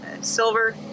silver